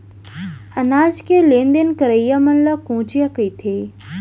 अनाज के लेन देन करइया मन ल कोंचिया कथें